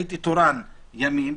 הייתי תורן ימים.